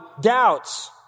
doubts